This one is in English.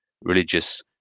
religious